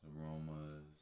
aromas